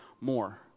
more